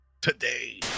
Today